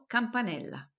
Campanella